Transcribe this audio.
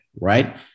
right